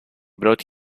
brought